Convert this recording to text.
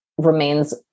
remains